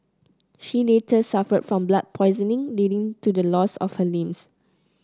she later suffered from blood poisoning leading to the loss of her limbs